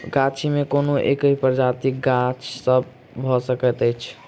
गाछी मे कोनो एकहि प्रजातिक गाछ भ सकैत अछि